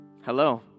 Hello